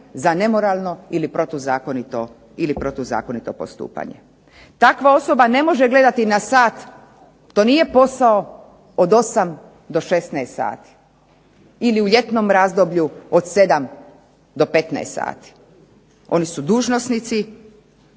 za nemoralno ili protuzakonito postupanje. Takva osoba ne može gledati na sat, to nije posao od 8 do 16 sati ili u ljetnom razdoblju od 7 do 15 sati. Oni su dužnosnici,